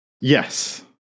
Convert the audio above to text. Yes